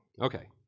Okay